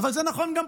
אבל זה נכון גם פה.